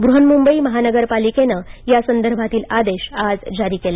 बृहन्मुंबई महानगरपालिकेनं या संदर्भातील आदेश आज जारी केले